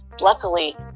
luckily